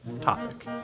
topic